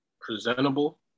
presentable